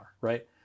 right